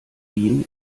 ihn